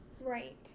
Right